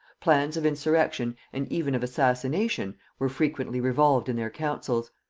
plans of insurrection and even of assassination were frequently revolved in their councils,